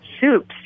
soups